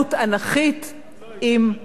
עם הוצאות הספרים.